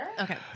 Okay